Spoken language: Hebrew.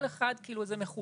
כל אחד, כאילו זה מחולק.